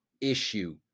issue